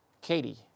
Katie